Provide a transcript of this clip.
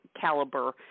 caliber